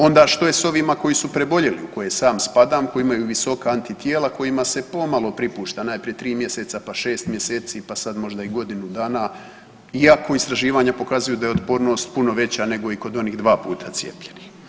Onda što je s ovima koji su preboljeli u koje sam spadam koji imaju visoka antitijela kojima se pomalo pripušta najprije tri mjeseca, pa šest mjeseci, pa sad možda i godinu dana, iako istraživanja pokazuju da je otpornost puno veća nego i kod onih dva puta cijepljenih?